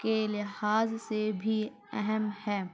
کے لحاظ سے بھی اہم ہے